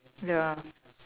ya